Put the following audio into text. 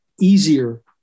easier